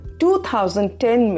2010